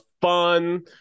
fun